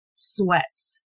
sweats